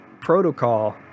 Protocol